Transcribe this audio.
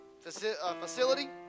facility